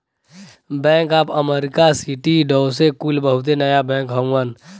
bank of America, Citi, Deutsche कुल बहुते नया बैंक हउवन